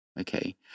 okay